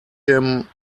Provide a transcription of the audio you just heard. him